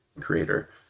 creator